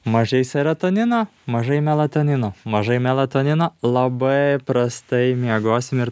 mažai serotonino mažai melatonino mažai melatonino labai prastai miegosim ir